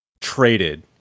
traded